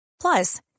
Plus